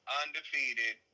undefeated